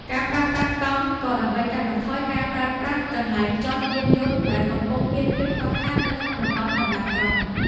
ការប្រើប្រាស់កង់ ក៏ដើម្បីកាត់បន្ថយការប្រើប្រាស់កន្លែងចតយានយន្ត ដែលកំពុងមានភាពខ្វះខាតនៅក្នុងតំបន់កណ្ដាលក្រុង។